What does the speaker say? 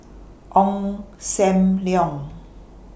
Ong SAM Leong